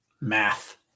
Math